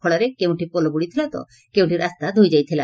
ଫଳରେ କେଉଁଠି ପୋଲ ବୁଡ଼ିଥିଲା ତ କେଉଁଠି ରାସ୍ତା ଧୋଇଯାଇଥିଲା